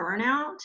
burnout